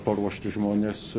paruošti žmonės